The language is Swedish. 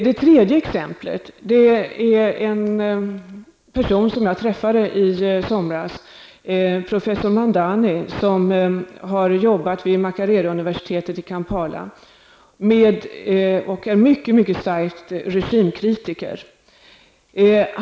Det tredje exemplet är en person som jag träffade i somras, professor Mandani, som har arbetat vid Makarere universitetet i Kampala. Han är en mycket stor regimkritiker.